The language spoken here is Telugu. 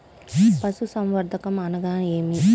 పశుసంవర్ధకం అనగా ఏమి?